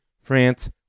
France